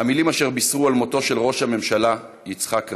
המילים אשר בישרו על מותו של ראש הממשלה יצחק רבין.